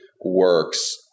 works